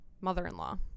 mother-in-law